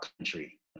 country